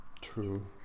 True